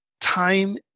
time